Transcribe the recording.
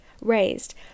raised